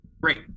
Great